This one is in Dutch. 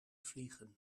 vliegen